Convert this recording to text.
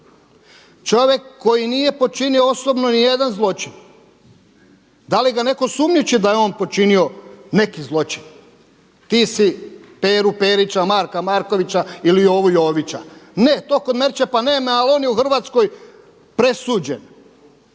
Čovjek koji nije počinio osobno ni jedan zločin. Da li ga netko sumnjiči da je on počinio neki zločin? Ti si Peru Perića, Marka Markovića ili Jovu Jovića, ne, to kod Merčepa nema ali on je u Hrvatskoj presuđen.